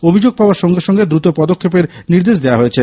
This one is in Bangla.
অভিযোগ পাওয়ার সঙ্গে সঙ্গে দ্রুত পদক্ষেপের নির্দেশ দেওয়া হয়েছে